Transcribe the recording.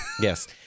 Yes